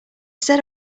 said